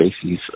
species